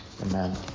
Amen